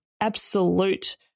absolute